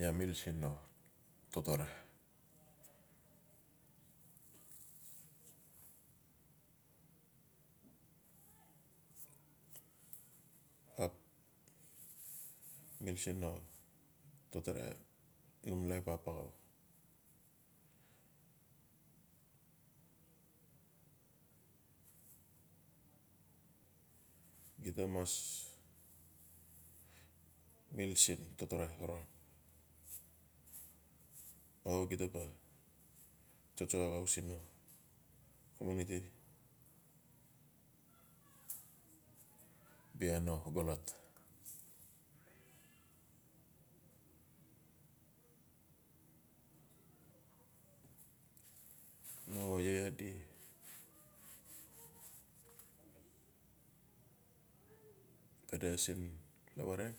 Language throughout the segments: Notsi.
Iaa mil siin no totore ap mil siin no totore num laip ap axau. Gita mas mil siinno totore o gita ba tsotso axau siin no comunity no bia no xolot no iaa-iaadi pade lawrang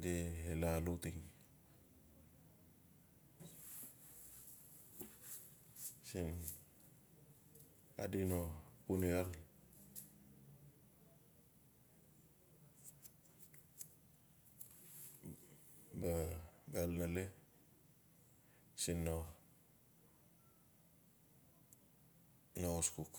di la lauteng siina bia uniarba xal nalesiin no-no hauskuk.